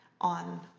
on